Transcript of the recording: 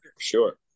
sure